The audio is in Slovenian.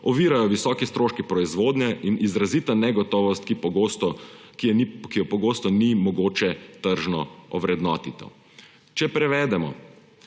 ovirajo visoki stroški proizvodnje in izrazita negotovost, ki je pogosto ni mogoče tržno ovrednotiti. Če prevedemo: